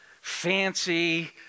fancy